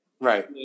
right